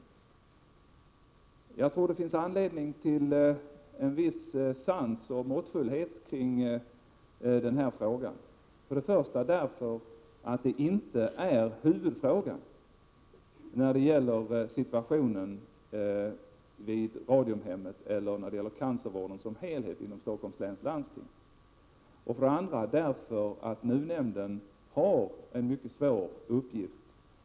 Jag tror att det finns anledning till en viss sans och måttfullhet kring denna fråga, för det första därför att det inte är huvudfrågan när det gäller situationen vid Radiumhemmet eller när det gäller cancervården som helhet inom Stockholms läns landsting, för det andra därför att NUU-nämnden har en mycket svår uppgift.